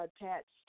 attached